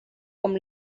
com